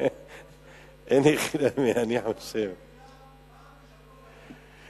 אז צריך לקנוס את הנכים כי הם לא עומדים בחניות.